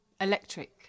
electric